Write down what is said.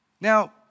Now